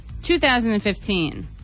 2015